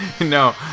No